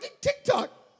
TikTok